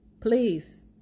Please